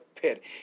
pit